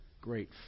great